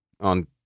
on